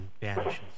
vanishes